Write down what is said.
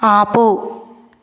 ఆపు